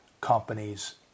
companies